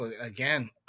again